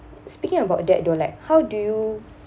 speaking about that don't like how do you